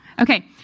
Okay